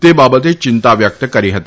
તે બાબતે ચિંતા વ્યક્ત કરી હતી